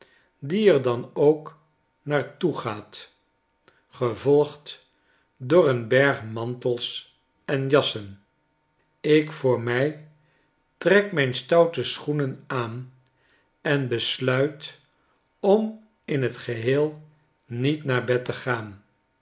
die er dan ook naar toegaat gevolgd door een berg mantels en jassen ik voor mij trek mijn stoute schoenen aan en besluit om in t geheel niet naar bed tegaan maar